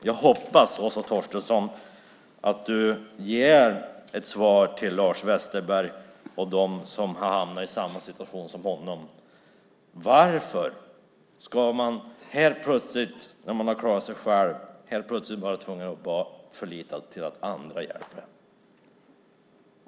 Jag hoppas att Åsa Torstensson ger ett svar till Lars Westerberg och dem som har hamnat i samma situation som han. Varför ska man helt plötsligt, när man har klarat sig själv, vara tvungen att förlita sig på att andra hjälper en?